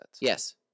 Yes